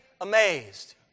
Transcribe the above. amazed